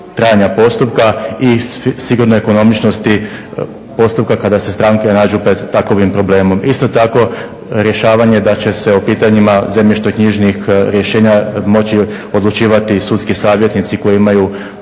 trajanja postupka i sigurnoj ekonomičnosti postupka kada se stranke nađu pred takovim problemom. Isto tako rješavanje da će se o pitanjima zemljišno-knjižnih rješenja moći odlučivati i sudski savjetnici koji imaju